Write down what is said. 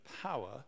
power